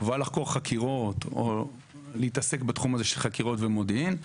לחקור חקירות או להתעסק בתחום הזה של חקירות ומודיעין,